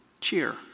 Cheer